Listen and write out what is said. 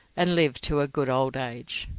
and lived to a good old age.